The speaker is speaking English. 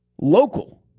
local